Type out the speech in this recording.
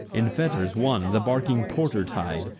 in fetters one the barking porter tied,